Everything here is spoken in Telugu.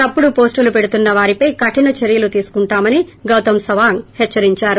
తప్పుడు పోస్టులు పెడుతున్న వారిపై కఠిన చర్యలు తీసుకుంటామని గౌతమ్ సవాంగ్ హెచ్చరించారు